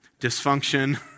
Dysfunction